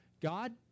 God